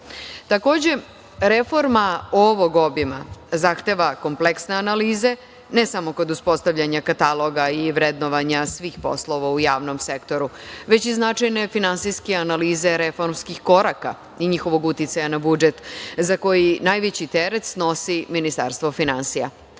reforma ovog obima zahteva kompleksne analize, ne samo kod uspostavljanja kataloga i vrednovanja svih poslova u javnom sektoru, već i značajne finansijske analize reformskih koraka i njihovog uticaja na budžet za koji najveći teret snosi Ministarstvo finansija.Za